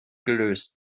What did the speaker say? gelöst